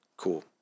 Cool